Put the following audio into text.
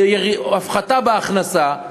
זה הפחתה בהכנסה,